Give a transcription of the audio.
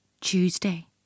Tuesday